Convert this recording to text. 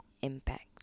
impact